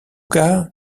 cas